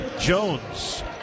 Jones